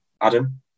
Adam